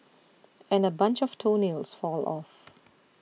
and a bunch of toenails fall off